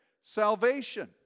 Salvation